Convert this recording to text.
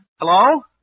Hello